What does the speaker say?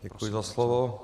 Děkuji za slovo.